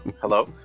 Hello